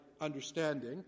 understanding